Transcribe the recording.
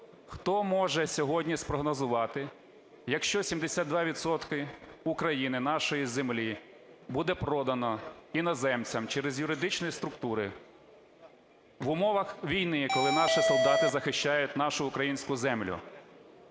Хто може сьогодні спрогнозувати, якщо 72 відсотки України, нашої землі, буде продано іноземцям через юридичні структури, в умовах війни, коли наші солдати захищають нашу українську землю…